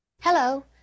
hello